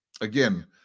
again